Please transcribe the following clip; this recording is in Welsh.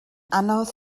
anodd